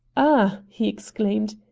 ah! he exclaimed,